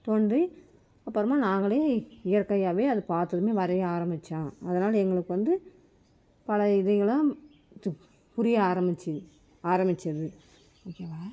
தோன்றி அப்புறமா நாங்களே இயற்கையாகவே அதை பார்த்ததுமே வரைய ஆரம்மித்தோம் அதனாலே எங்களுக்கு வந்து பல இதுகளும் புரிய ஆரம்மித்தது ஆரம்மித்தது ஓகேவா